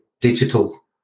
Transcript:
digital